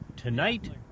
Tonight